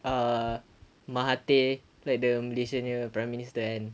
err mahathir like the malaysian punya prime minister kan